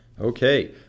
Okay